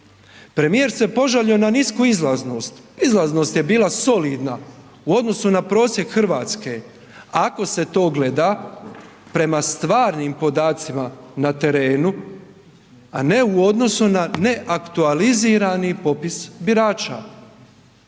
Premijer se požalio na nisku izlaznost, izlaznost je bila solidna u odnosu na prosjek RH ako se to gleda prema stvarnim podacima na terenu, a ne u odnosu na neaktualizirani popis birača.